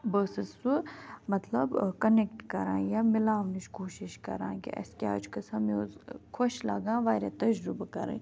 بہٕ ٲسٕس سُہ مطلب کَنیٚکٹہٕ کَران یا مِلاونٕچ کوٗشِش کَران کہِ اسہِ کیازِ چھُ گژھان مےٚ اوس خۄش لَگان واریاہ تجرُبہٕ کَرٕنۍ